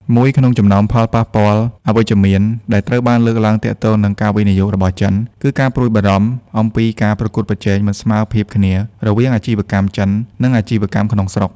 មួយក្នុងចំណោមផលប៉ះពាល់អវិជ្ជមានដែលត្រូវបានលើកឡើងទាក់ទងនឹងការវិនិយោគរបស់ចិន គឺការព្រួយបារម្ភអំពីការប្រកួតប្រជែងមិនស្មើភាពគ្នារវាងអាជីវកម្មចិន និងអាជីវកម្មក្នុងស្រុក។